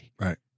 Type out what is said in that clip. Right